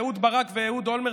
אהוד ברק ואהוד אולמרט,